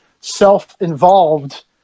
self-involved